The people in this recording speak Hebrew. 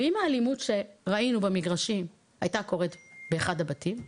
ואם האלימות שראינו במגרשים הייתה קורית באחד הבתים?